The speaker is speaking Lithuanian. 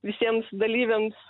visiems dalyviams